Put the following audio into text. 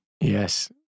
yes